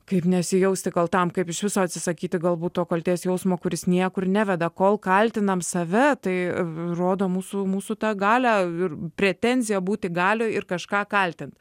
kaip nesijausti kaltam kaip iš viso atsisakyti galbūt to kaltės jausmo kuris niekur neveda kol kaltinam save tai rodo mūsų mūsų tą galią ir pretenziją būti galioj kažką kaltint